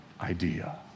idea